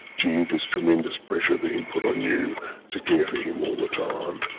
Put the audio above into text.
gee this tremendous pressure being put on you to care for him all the time.